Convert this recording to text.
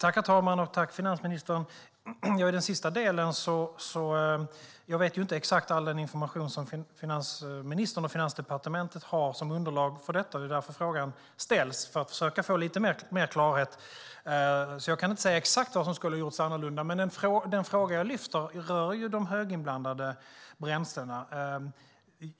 Herr talman! Tack, finansministern! Vad gäller det sista känner jag inte exakt till all den information som finansministern och Finansdepartementet har som underlag för detta. Det är därför frågan ställs, så att jag kan få lite mer klarhet. Jag kan alltså inte säga exakt vad jag skulle ha gjort annorlunda. Men den fråga jag tar upp rör de höginblandade bränslena.